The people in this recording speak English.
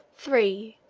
three.